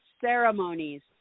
ceremonies